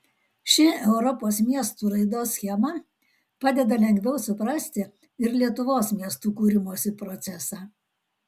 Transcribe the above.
ši europos miestų raidos schema padeda lengviau suprasti ir lietuvos miestų kūrimosi procesą